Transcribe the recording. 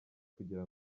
kugira